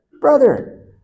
brother